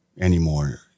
anymore